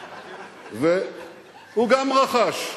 והוא גם רכש,